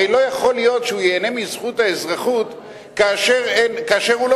הרי לא יכול להיות שהוא ייהנה מזכות האזרחות כאשר הוא לא